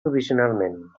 provisionalment